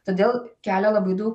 todėl kelia labai daug